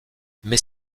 mais